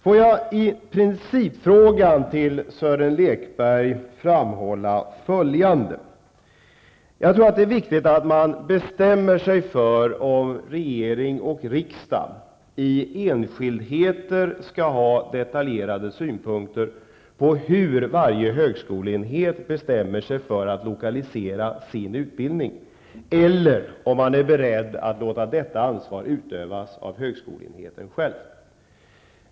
Jag vill i principfrågan framhålla följande för Sören Lekberg. Det är viktigt att bestämma sig för om regering och riksdag i enskildheter skall ha detaljerade synpunkter på hur varje högskoleenhet skall bestämma sig för att lokalisera utbildningen, eller om man är beredd att låta detta ansvar utövas av högskoleenheten själv.